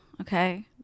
okay